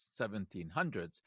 1700s